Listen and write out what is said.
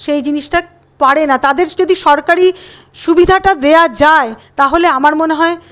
সেই জিনিসটা পারে না তাদের যদি সরকারি সুবিধাটা দেওয়া যায় তাহলে আমার মনে হয়